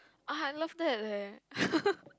I love that leh